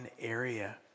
area